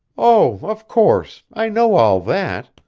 oh, of course i know all that.